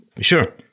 sure